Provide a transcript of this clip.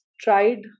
tried